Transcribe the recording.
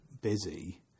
busy